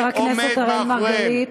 חבר הכנסת אראל מרגלית.